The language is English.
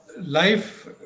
life